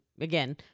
again